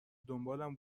دنبالم